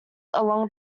along